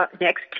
next